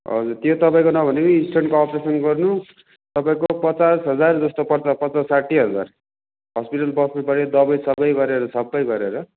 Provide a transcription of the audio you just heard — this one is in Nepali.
हजुर त्यो तपाईँको नभने पनि स्टोनको अपरेसन गर्नु तपाईँको पचास हजारजस्तो पर्छ पचास साठ्ठी हजार हस्पिटल बस्नु पऱ्यो दबाई सबाई गरेर सबै गरेर